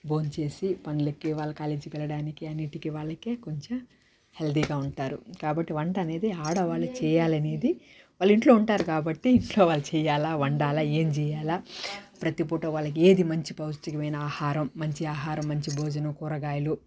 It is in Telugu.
భోం చేసి పనులెక్కే వాళ్ళు కాలేజీకి వెళ్లడానికి అన్నిటికి వాళ్ళకి కొంచం హెల్దీగా ఉంటారు కాబట్టి వంట అనేది ఆడవాళ్ళు చేయాలనేది వాళ్ళింట్లో ఉంటారు కాబట్టి ఇంట్లో వాళ్లు చేయాలా వండాలా ఏం జేయాల ప్రతి పూటవి వాళ్ళకి ఏది పౌష్టికమైనా ఆహారం మంచి ఆహారం మంచి భోజనం కూరగాయలు